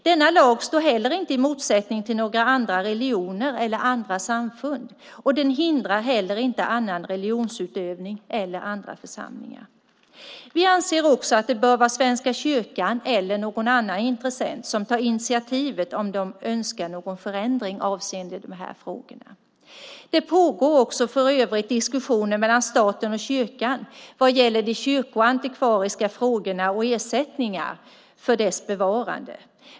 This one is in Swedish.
Denna lag står heller inte i motsättning till andra religioner eller andra samfund, och den hindrar heller ingen annan religionsutövning eller församling. Vi anser att det bör vara Svenska kyrkan, eller någon annan intressent, som tar initiativet om de önskar någon förändring avseende de här frågorna. Det pågår för övrigt diskussioner mellan staten och kyrkan vad gäller de kyrkoantikvariska frågorna och ersättning för deras bevarande.